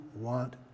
want